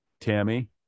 Tammy